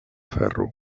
ferro